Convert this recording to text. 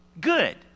Good